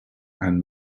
and